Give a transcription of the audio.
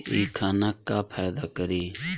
इ खाना का फायदा करी